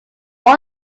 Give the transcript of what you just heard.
all